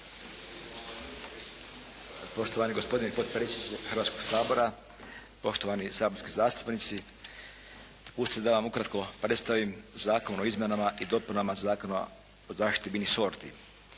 Poštovani gospodine potpredsjedniče Hrvatskog sabora, poštovani saborski zastupnici. Dopustite da vam ukratko predstavim Zakon o izmjenama i dopunama Zakona o zaštiti biljnih sorti.